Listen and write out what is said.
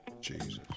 Jesus